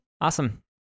Awesome